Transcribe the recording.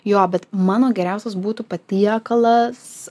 jo bet mano geriausias būtų patiekalas